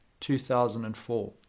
2004